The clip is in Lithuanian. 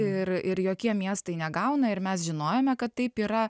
ir ir jokie miestai negauna ir mes žinojome kad taip yra